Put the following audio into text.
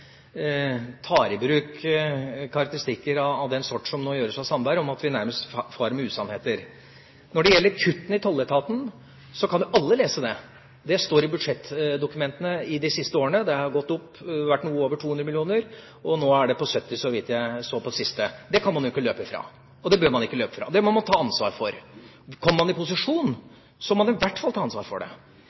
tar i bruk karakteristikker av den sort, som nå gjøres av Sandberg, at vi nærmest farer med usannheter. Når det gjelder kuttene i tolletaten, kan jo alle lese det. Det står i budsjettdokumentene for de siste årene. De har vært på noe over 200 mill. kr, nå er det 70 mill. kr, så vidt jeg så i det siste dokumentet. Det kan man ikke løpe fra, og det bør man ikke løpe fra. Det må man ta ansvar for. Kommer man i posisjon, må man i hvert fall ta ansvar for det. Når det gjelder spørsmålet om utrykningspolitiet, har jeg lest prinsipprogrammet til Fremskrittspartiet – det